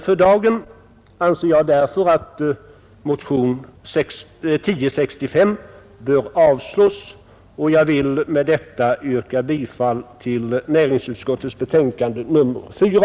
För dagen anser jag alltså att motionen 1065 bör avslås. Jag ber med det anförda att få yrka bifall till näringsutskottets hemställan i betänkandet nr 4.